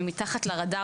"מתחת לרדאר",